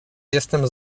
jestem